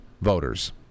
voters